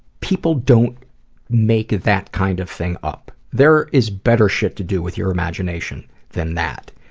people don't make that kind of thing up. there is better shit to do with your imagination than that.